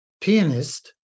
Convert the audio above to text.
pianist